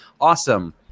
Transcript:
Awesome